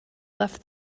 left